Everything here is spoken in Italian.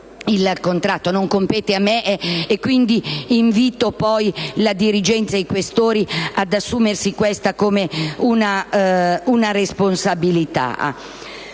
il contratto; non compete a me e quindi invito poi la dirigenza e i senatori Questori ad assumersi tale responsabilità.